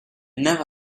never